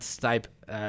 type